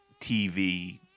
TV